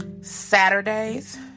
Saturdays